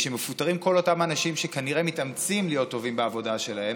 שמפוטרים כל אותם אנשים שכנראה מתאמצים להיות טובים בעבודה שלהם.